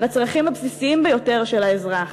לצרכים הבסיסיים ביותר של האזרח.